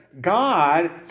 God